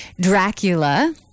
Dracula